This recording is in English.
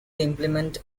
implement